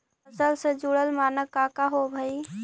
फसल से जुड़ल मानक का का होव हइ?